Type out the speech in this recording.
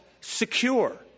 secure